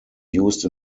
used